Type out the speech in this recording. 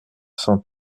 cent